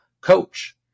coach